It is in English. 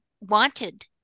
wanted